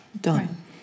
done